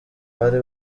bari